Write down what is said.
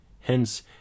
Hence